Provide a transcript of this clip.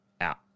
out